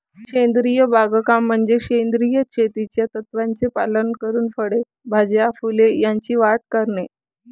सेंद्रिय बागकाम म्हणजे सेंद्रिय शेतीच्या तत्त्वांचे पालन करून फळे, भाज्या, फुले यांची वाढ करणे